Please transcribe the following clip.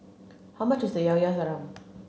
how much is Llao Llao Sanum